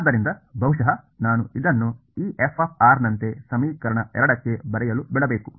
ಆದ್ದರಿಂದ ಬಹುಶಃ ನಾನು ಇದನ್ನು ಈ f ನಂತೆ ಸಮೀಕರಣ 2 ಕ್ಕೆ ಬರೆಯಲು ಬಿಡಬೇಕು